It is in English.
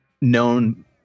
known